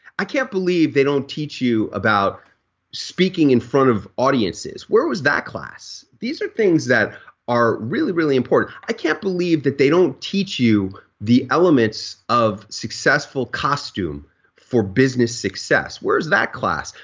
i can't believe they don't teach you about speaking in front of audiences. where was that class? these are things that are really, really important. i can't believe that they don't teach you the elements of successful costume for business success. where's that class.